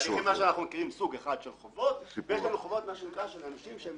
ויש חובות של אנשים שהם